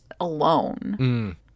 alone